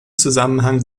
zusammenhang